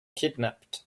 kidnapped